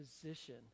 position